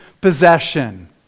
possession